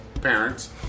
parents